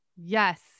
Yes